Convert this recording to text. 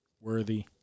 worthy